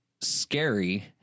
scary